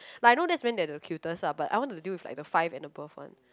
like I know that is when they the cutest lah but I want to deal with the five and above one